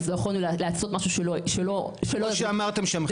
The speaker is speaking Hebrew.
אז לא יכולנו לעשות משהו שלא --- כמו שאמרתם שהמחירים פה הכי גבוהים.